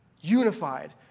unified